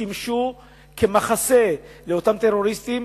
שימשו מחסה לאותם טרוריסטים,